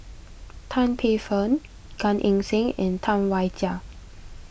Tan Paey Fern Gan Eng Seng and Tam Wai Jia